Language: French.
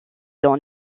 dans